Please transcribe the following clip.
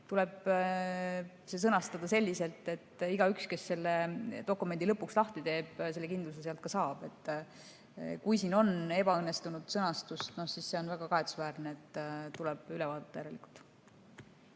tuleb sõnastada selliselt, et igaüks, kes selle dokumendi lõpuks lahti teeb, kindluse sealt ka saab. Kui siin on ebaõnnestunud sõnastus, siis see on väga kahetsusväärne, tuleb järelikult